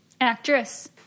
Actress